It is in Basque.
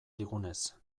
digunez